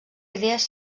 idees